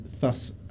thus